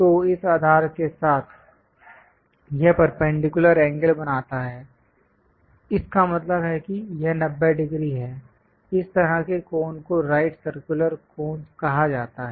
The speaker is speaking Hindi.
तो इस आधार के साथ यह परपेंडिकुलर एंगल बनाता है इसका मतलब है कि यह 90 डिग्री है इस तरह के कोन को राइट सर्कुलर कॉन्स कहा जाता है